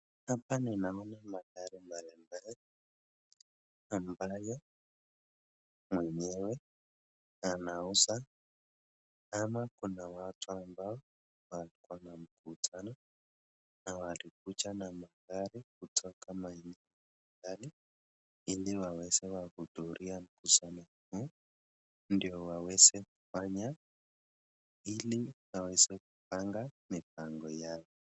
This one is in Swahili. Hapa ninaona magari mbali mbali ambayo mwenyewe anauza ama kuna watu ambao wako mkutano na walikuja na magari kutoka kutoka maeneo mbali mbali ili waweze kuhudhuria mkutano ndio waweze kupanga mipango yao.